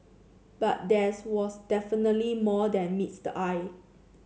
but there's was definitely more than meets the eye